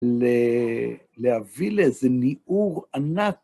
להביא לאיזה ניעור ענק.